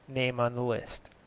name on the list.